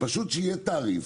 פשוט שיהיה תעריף.